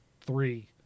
three